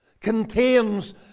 contains